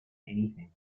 anything